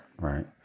right